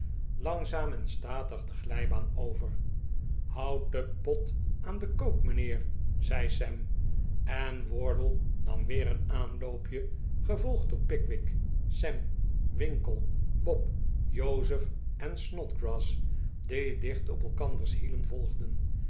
langzaam en statig de glijbaan over houd den pot aan de kook mijnheer zei sam en wardle nam weer een aanloopje gevolgd door pickwick sam winkle bob jozef en snodgrass die dicht op elkanders hielen volgden